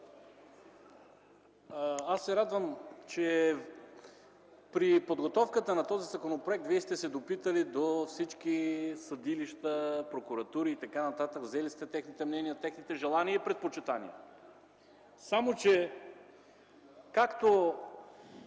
радвам се, че при подготовката на този законопроект Вие сте се допитали до всички съдилища, прокуратури и т.н., взели сте техните мнения, техните желания и предпочитания. Само че Законът